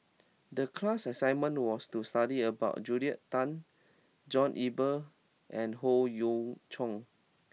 the class assignment was to study about Julia Tan John Eber and Howe Yoon Chong